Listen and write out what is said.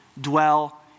dwell